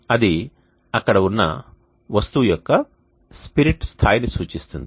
అది అక్కడ ఉన్న వస్తువు యొక్క స్పిరిట్ స్థాయి ని సూచిస్తుంది